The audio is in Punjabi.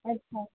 ਅੱਛਾ